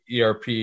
erp